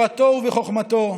בתורתו ובחוכמתו,